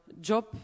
job